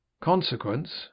Consequence